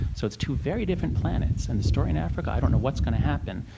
so it's two very different planets. and the story in africa, i don't know what's going to happen.